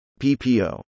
PPO